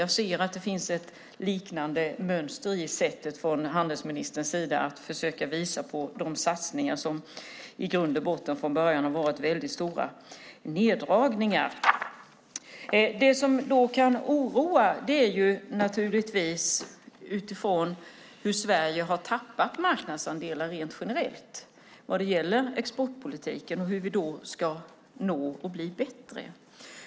Jag ser att det finns ett liknande mönster i handelsministerns sätt att försöka visa på de satsningar som har sin grund i väldigt stora neddragningar från början. Det som kan oroa är naturligtvis att Sverige har tappat marknadsandelar rent generellt vad gäller exportpolitiken. Frågan är då hur vi ska nå ut och bli bättre.